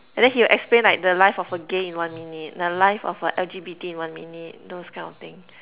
and then he will explain like the life of a gay in one minute the life of a L_G_B_T in one minute those kind of things